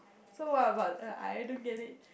so what about uh I don't get it